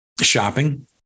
shopping